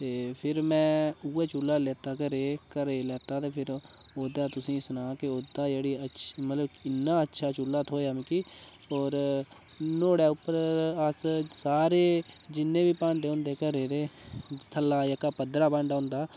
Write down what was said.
ते फिर में उ'ऐ चु'ल्ला लैता ते घरै लैता ते फिर ओह्दा तुसें गी सनांऽ ओह्दा जेह्ड़ी मतलब इ'न्ना अच्छा चु'ल्ला थ्होया मिगी होर नुहाड़े उप्पर अस सारे जि'न्ने बी भांडे होंदे घरै दे थ'ल्ले जेह्का पद्दरा भांडा होंदा